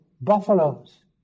buffaloes